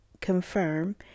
confirm